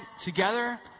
together